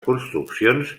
construccions